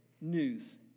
news